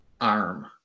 arm